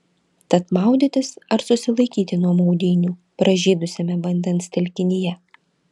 tad maudytis ar susilaikyti nuo maudynių pražydusiame vandens telkinyje